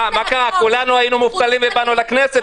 כולנו היינו מובטלים ובאנו לכנסת?